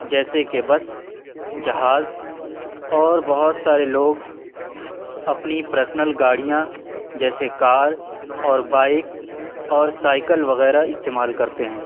جیسے کہ بس جہاز اور بہت سارے لوگ اپنی پرسنل گاڑیاں جیسے کار اور بائیک اور سائیکل وغیرہ استعمال کرتے ہیں